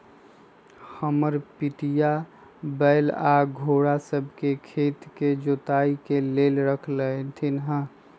हमर पितिया बैल आऽ घोड़ सभ के खेत के जोताइ के लेल रखले हथिन्ह